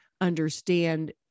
understand